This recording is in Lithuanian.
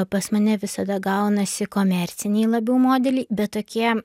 pas mane visada gaunasi komerciniai labiau modeliai bet tokie